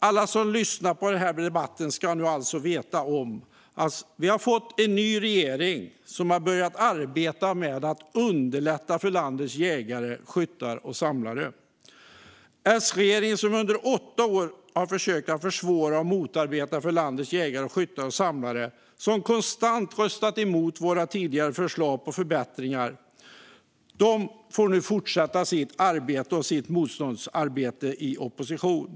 Alla som lyssnar på debatten ska nu alltså veta om att vi har fått en ny regering som har börjat arbeta med att underlätta för landets jägare, skyttar och samlare. S-regeringen, som under åtta år försökte försvåra för och motarbeta landets jägare, skyttar och samlare och som konstant röstade emot våra tidigare förslag på förbättringar, får nu fortsätta sitt motståndsarbete i opposition.